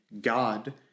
god